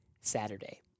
Saturday